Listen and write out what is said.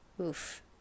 oof